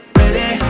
ready